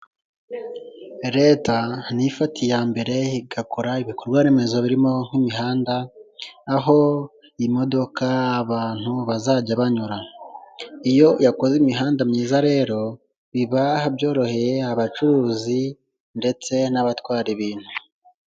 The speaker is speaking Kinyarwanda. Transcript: Leta niyo ifata iya mbere igakora ibikorwa remezo birimo nk'imihanda aho imodokadoka abantu bazajya banyura iyo yakoze imihanda myiza rero biba byoroheye abacuruzi ndetse n'abatwara ibintu .